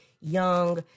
young